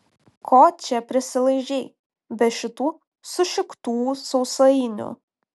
ko čia prisilaižei be šitų sušiktų sausainių